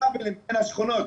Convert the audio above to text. וכבלים בין השכונות